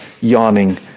yawning